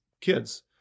kids